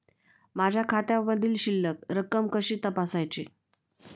माझ्या खात्यामधील शिल्लक रक्कम कशी तपासायची?